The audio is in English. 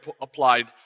applied